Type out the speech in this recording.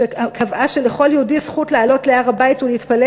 שקבעה שלכל יהודי זכות לעלות להר-הבית ולהתפלל